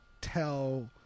tell